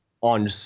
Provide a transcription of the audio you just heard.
on